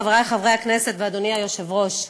חברי חברי הכנסת ואדוני היושב-ראש,